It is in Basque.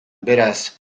beraz